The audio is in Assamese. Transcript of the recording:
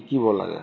শিকিব লাগে